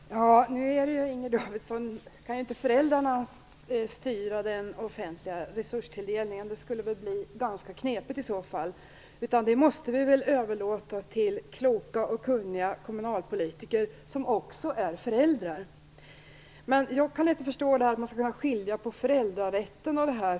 Herr talman! Nu är det så, Inger Davidson, att föräldrarna inte kan styra den offentliga resurstilldelningen. Det skulle väl i så fall bli ganska knepigt. Det är något som vi måste överlåta till kloka och kunniga kommunalpolitiker som också kan vara föräldrar. Jag kan inte förstå hur man skall kunna skilja på föräldrarätten och det här.